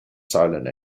silent